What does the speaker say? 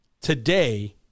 today